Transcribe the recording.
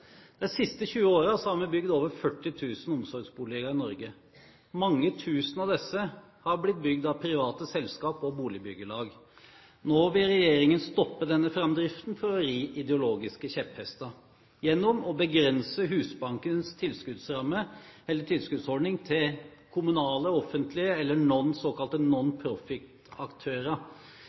De siste 20 årene har vi bygd over 40 000 omsorgsboliger i Norge. Mange tusen av disse har blitt bygd av private selskap og boligbyggelag. Nå vil regjeringen stoppe denne framdriften for å ri ideologiske kjepphester gjennom å begrense Husbankens tilskuddsordning til kommunale og offentlige aktører eller såkalte